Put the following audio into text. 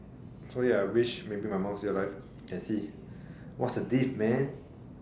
so ya wish maybe my mum still alive can see what's the diff man